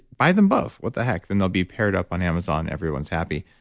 buy them both, what the heck? then they'll be paired up on amazon, everyone's happy.